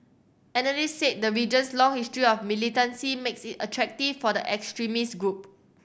analysts said the region's long history of militancy makes it attractive for the extremist group